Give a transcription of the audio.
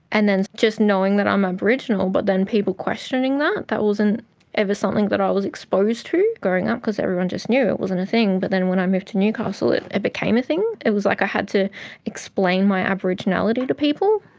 and then just knowing that i'm aboriginal, but then people questioning that, that wasn't ever something that i was exposed to growing up because everyone just new, it wasn't a thing, but then when i moved to newcastle it and became a thing. it was like i had to explain my aboriginality to people.